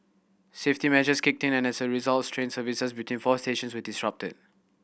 safety measures kicked in and as a result train services between four stations were disrupted